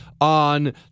on